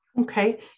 Okay